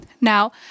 Now